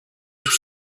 tout